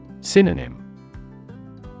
Synonym